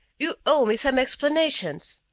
you owe me some explanations.